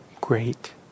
great